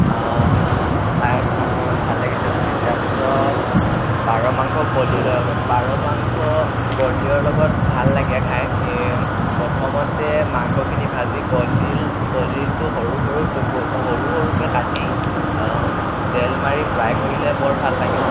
ভাল লাগিছে বুলি তাৰপিছত পাৰ মাংস কলডিলৰ লগত পাৰ মাংস কলডিলৰ লগত ভাল লাগে খাই প্ৰথমতে মাংসখিনি ভাজি কলডিল কলডিলটো সৰু সৰু টুকু সৰু সৰুকৈ কাটি তেল মাৰি ফ্ৰাই কৰিলে বৰ ভাল লাগে